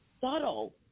subtle